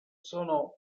sono